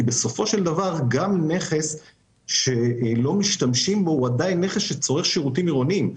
גם נכס שלא משתמשים בו הוא עדיין נכס שצורך שירותים עירוניים.